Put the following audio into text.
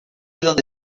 donde